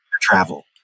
travel